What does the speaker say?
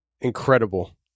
incredible